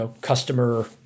customer